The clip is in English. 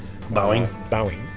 Boeing